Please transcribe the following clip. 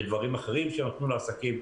בדברים אחרים שנתנו לעסקים.